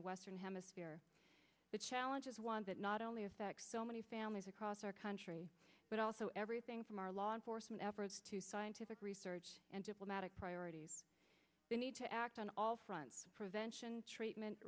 the western hemisphere that challenges want it not only affects so many families across our country but also everything from our law enforcement efforts to scientific research and diplomatic priorities we need to act on all fronts prevention treatment